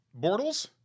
Bortles